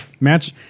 match